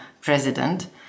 president